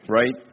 right